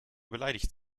beleidigt